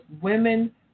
women